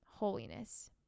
holiness